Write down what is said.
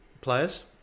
players